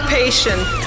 patient